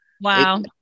wow